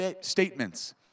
statements